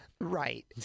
Right